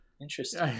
interesting